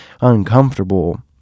uncomfortable